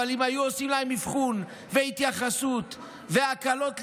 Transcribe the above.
אבל אם היו עושים להם אבחון והתייחסות והקלות לימודיות,